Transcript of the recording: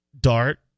Dart